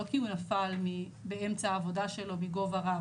לא כי הוא נפל באמצע עבודה שלו מגובה רב,